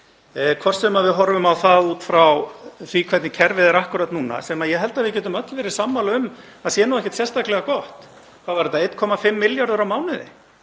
hvort sem við horfum á það út frá því hvernig kerfið er akkúrat núna, sem ég held að við getum öll verið sammála um að sé ekkert sérstaklega gott — hvað var þetta, 1,5 milljarðar á mánuði?